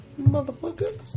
motherfucker